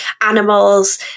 animals